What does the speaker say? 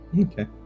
Okay